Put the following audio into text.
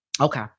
Okay